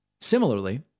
Similarly